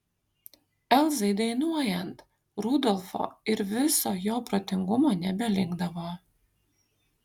elzai dainuojant rudolfo ir viso jo protingumo nebelikdavo